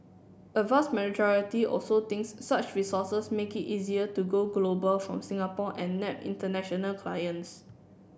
a vast majority also thinks such resources make it easier to go global from Singapore and nab international clients